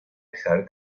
dejar